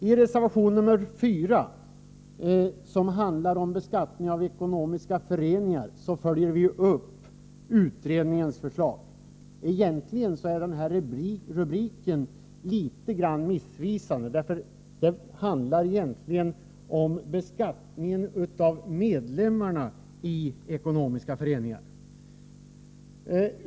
I reservation 4, som handlar om beskattning av ekonomiska föreningar, följer vi upp utredningens förslag. Egentligen är rubriken litet missvisande, eftersom reservationen egentligen handlar om beskattning av medlemmarna i ekonomiska föreningar.